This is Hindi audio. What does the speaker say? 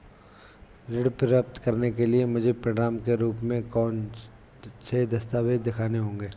ऋण प्राप्त करने के लिए मुझे प्रमाण के रूप में कौन से दस्तावेज़ दिखाने होंगे?